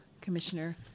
Commissioner